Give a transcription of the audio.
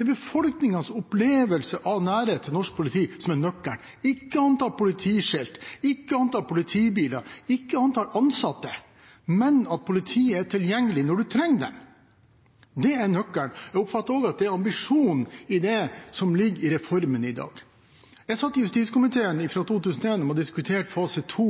er befolkningens opplevelse av nærhet til norsk politi som er nøkkelen, ikke antall politiskilt, ikke antall politibiler, ikke antall ansatte, men at politiet er tilgjengelig når man trenger det. Det er nøkkelen. Jeg oppfatter også at det er ambisjonen i det som ligger i reformen i dag. Jeg satt i justiskomiteen fra 2001 og diskuterte fase 2